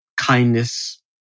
Kindness